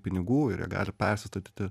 pinigų ir jie gali persistatyti